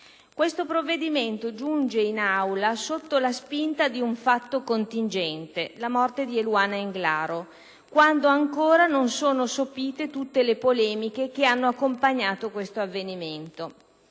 Questo provvedimento giunge in Aula sotto la spinta di un fatto contingente - la morte di Eluana Englaro - quando ancora non sono sopite tutte le polemiche che hanno accompagnato questo avvenimento.